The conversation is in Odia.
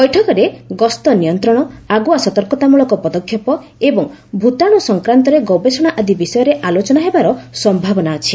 ବୈଠକରେ ଗସ୍ତ ନିୟନ୍ତ୍ରଣ ଆଗୁଆ ସତର୍କତାମଳକ ପଦକ୍ଷେପ ଏବଂ ଭୂତାଣୁ ସଂକ୍ରାନ୍ତରେ ଗବେଷଣା ଆଦି ବିଷୟରେ ଆଲୋଚନା ହେବାର ସମ୍ଭାବନା ଅଛି